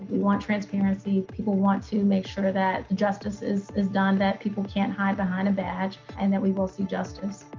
want transparency. people want to make sure that justice is is done, that people can't hide behind a badge and that we will see justice.